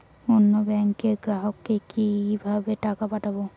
অন্য ব্যাংকের গ্রাহককে কিভাবে টাকা পাঠাবো?